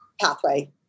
pathway